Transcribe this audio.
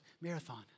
Marathon